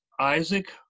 Isaac